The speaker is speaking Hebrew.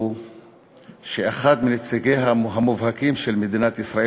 שאחד מנציגיה המובהקים של מדינת ישראל